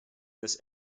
this